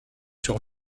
sur